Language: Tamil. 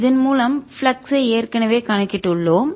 இதன் மூலம் ஃப்ளக்ஸ் ஐ ஏற்கனவே கணக்கிட்டுள்ளோம்